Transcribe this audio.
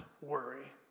worry